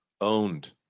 owned